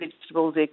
vegetables